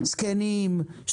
זקנים?